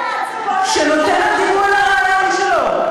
שנותנת גיבוי לרעיון שלו.